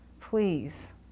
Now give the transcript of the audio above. Please